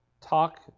talk